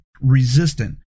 resistant